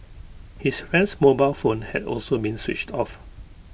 his friend's mobile phone had also been switched off